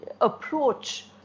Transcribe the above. approach